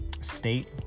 state